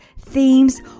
themes